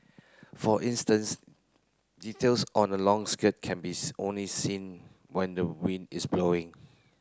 for instance details on a long skirt can be only seen when the wind is blowing